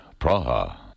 Praha